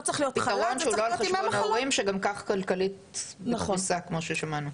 זה לא צריך להיות חל"ת, זה צריך להיות ימי מחלה.